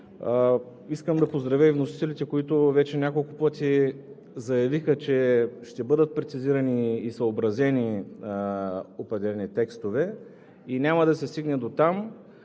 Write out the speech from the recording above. Искам да поздравя и вносителите, които вече няколко пъти заявиха, че ще бъдат прецизирани и съобразени определени текстове. Няма да се стигне дотам